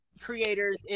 Creators